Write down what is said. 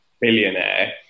billionaire